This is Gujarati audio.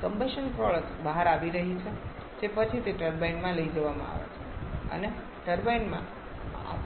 કમ્બશન પ્રોડક્ટ્સ બહાર આવી રહી છે જે પછીથી ટર્બાઇનમાં લઈ જવામાં આવે છે અને ટર્બાઇનમાં